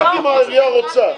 רק אם העירייה רוצה.